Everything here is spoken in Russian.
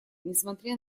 несмотря